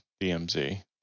dmz